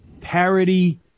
parody